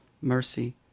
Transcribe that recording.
mercy